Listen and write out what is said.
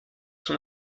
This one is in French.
son